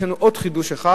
יש לנו עוד חידוש אחד: